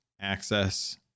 access